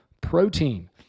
protein